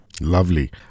Lovely